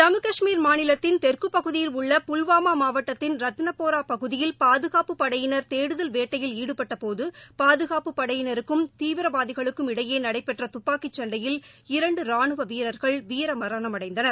ஜம்மு கஷ்மீர் மாநிலத்தின் தெற்குப் பகுதியில் உள்ள புல்வாமா மாவட்டத்தின் ரத்தினபோரா பகுதியில் பாதுகாப்புப் படையினர் தேடுதல் வேட்டையில் ஈடுபட்ட போது பாதுகாப்புப் பிரிவினருக்கும் தீவிரவாதிகளுக்கும் இடையே நடைபெற்ற துப்பாக்கிச் சண்டையில் இரண்டு ராணுவ வீரர்கள் வீரமரணமடைந்தார்